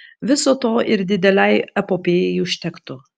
viso to ir didelei epopėjai užtektų